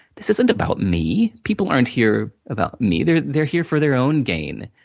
this isn't about me, people aren't here about me, they're they're here for their own gain.